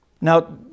Now